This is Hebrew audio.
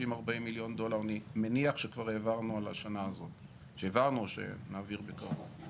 40 מיליון דולר אני מניח שכבר שהעברנו או שנעביר בקרוב.